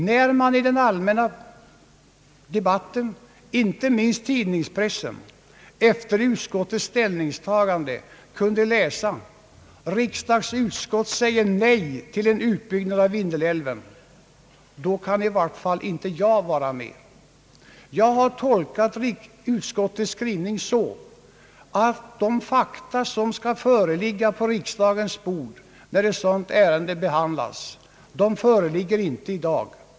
När man i den allmänna debatten i tidningspressen efter utskottets ställningstagande kunde läsa: »Riksdagsutskott säger nej till en utbyggnad av Vindelälven», då kan i varje fall inte jag vara med. Jag har tolkat utskottets skrivning så att de fakta som skall föreligga på riksdagens bord, när ett sådant ärende behandlas, inte föreligger i dag.